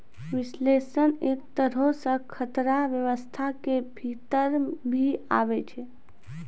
विश्लेषण एक तरहो से खतरा व्यवस्था के भीतर भी आबै छै